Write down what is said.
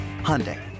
Hyundai